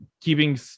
keeping